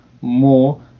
more